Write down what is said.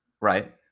Right